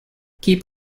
keep